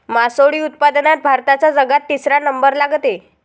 मासोळी उत्पादनात भारताचा जगात तिसरा नंबर लागते